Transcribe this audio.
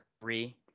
three